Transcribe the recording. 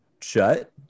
Shut